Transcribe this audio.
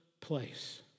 place